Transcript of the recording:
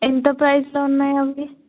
ఎంత ప్రైస్లో ఉన్నాయి అవి